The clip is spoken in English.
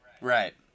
Right